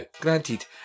granted